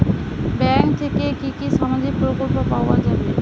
Bank থেকে কি কি সামাজিক প্রকল্প পাওয়া যাবে?